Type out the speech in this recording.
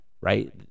Right